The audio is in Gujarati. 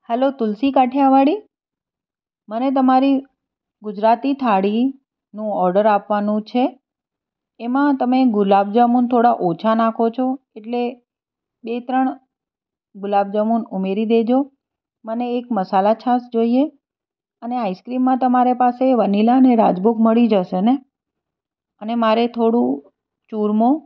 હલો તુલસી કાઠીયાવાડી મને તમારી ગુજરાતી થાળીનું ઓર્ડર આપવાનું છે એમાં તમે ગુલાબજામુન થોડા ઓછા નાખો છો એટલે એ બે ત્રણ ગુલાબજામુન ઉમેરી દેજો મને એક મસાલા છાશ જોઈએ અને આઈસ્ક્રીમમાં તમારા પાસે વેનીલા અને રાજભોગ મળી જશે ને અને મારે થોડું ચુરમો